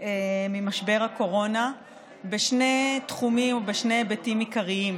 ממשבר הקורונה בשני תחומים או בשני היבטים עיקריים: